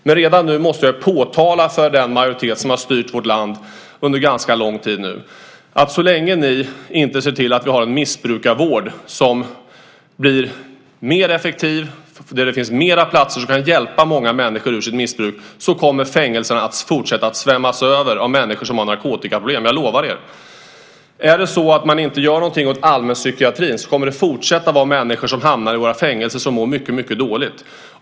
Men redan nu måste jag påtala följande för den majoritet som har styrt vårt land under ganska lång tid. Så länge ni inte ser till att vi har en missbrukarvård som blir mer effektiv och där det finns fler platser så att många människor kan hjälpas ur sitt missbruk, så kommer fängelserna att fortsätta att svämma över av människor som har narkotikaproblem. Det kan jag lova er. Om man inte gör någonting åt allmänpsykiatrin kommer det att fortsätta att vara människor som hamnar i våra fängelser och mår mycket dåligt.